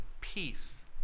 peace